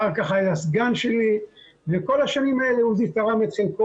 אחר כך היה סגן שלי וכל השנים האלה עוזי תרם את חלקו